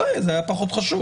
אולי זה היה פחות חשוב,